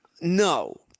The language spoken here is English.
No